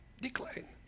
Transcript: decline